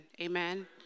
Amen